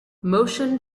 motion